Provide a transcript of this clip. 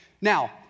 Now